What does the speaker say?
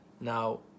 Now